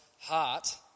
heart